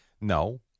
No